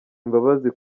imbabazi